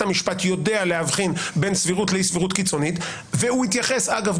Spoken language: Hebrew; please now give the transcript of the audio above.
המשפט יודע להבחין בין סבירות לאי סבירות קיצונית והוא התייחס אגב,